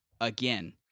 again